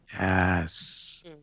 Yes